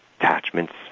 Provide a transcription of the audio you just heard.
attachments